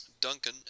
Duncan